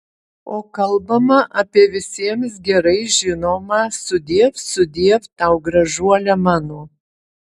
o kalbama apie visiems gerai žinomą sudiev sudiev tau gražuole mano